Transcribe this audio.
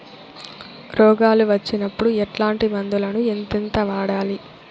రోగాలు వచ్చినప్పుడు ఎట్లాంటి మందులను ఎంతెంత వాడాలి?